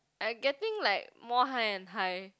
I getting like more high and high